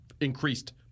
increased